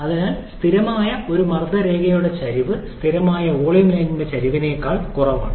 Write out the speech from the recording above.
അതിനാൽ സ്ഥിരമായ ഒരു മർദ്ദ രേഖയുടെ ചരിവ് സ്ഥിരമായ വോളിയം ലൈനിന്റെ ചരിവിനേക്കാൾ കുറവാണ്